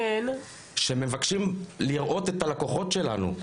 שמבקשים לראות את הלקוחות שלנו,